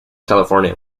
california